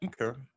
Okay